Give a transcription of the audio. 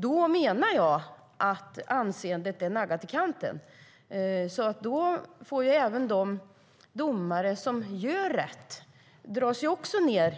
Då menar jag att anseendet är naggat i kanten. Även de domare som gör rätt dras ned.